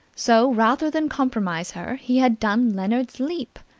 so rather than compromise her, he had done leonard's leap!